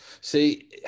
See